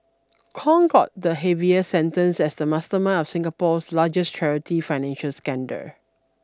Kong got the heaviest sentence as the mastermind of Singapore's largest charity financial scandal